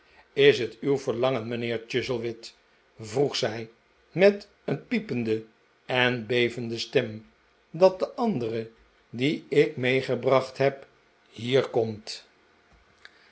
is het uw verlangen mijnheer chuzzlewit vroeg zij met een piepende en bevende stem dat de andere die ik meegebracht heb hier komt